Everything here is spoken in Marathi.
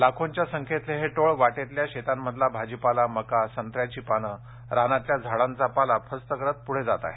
लाखोंच्या संख्येतले हे टोळ वाटेतल्या शेतांमधील भाजीपाला मका संत्र्याची पानं रानातल्या झाडांचा पाला फस्त करत पुढे जाते आहे